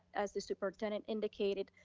as the superintendent indicated,